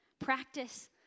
Practice